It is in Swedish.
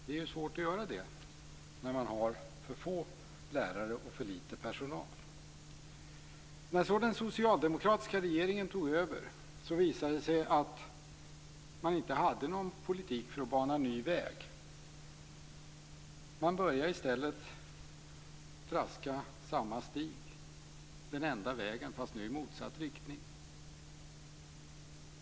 Det är svårt att göra detta när man har för få lärare och för liten personal. När så den socialdemokratiska regeringen tog över visade det sig att man inte hade någon politik för att bana ny väg. Man började i stället att traska samma stig - den enda vägen - fast nu i motsatt riktning.